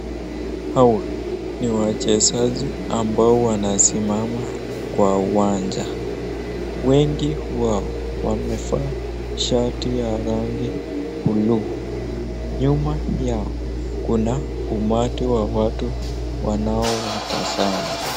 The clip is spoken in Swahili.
Hawa ni wachezaji ambao wanasimama kwa uwanja, wengi wao wamevaa shati ya rangi buluu. Nyuma yao kuna umati wa watu wanaowatazama.